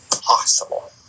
possible